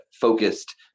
focused